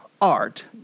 art